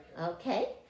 Okay